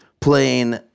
playing